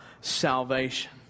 salvation